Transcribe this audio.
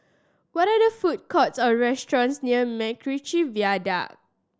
what are there food courts or restaurants near MacRitchie Viaduct